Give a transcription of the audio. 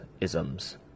isms